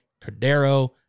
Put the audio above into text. Cordero